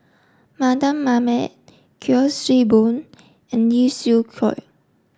Mardan Mamat Kuik Swee Boon and Lee Siew Choh